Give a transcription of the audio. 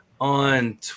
On